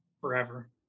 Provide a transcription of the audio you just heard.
forever